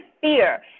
fear